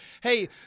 Hey